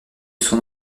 son